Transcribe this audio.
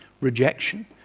rejection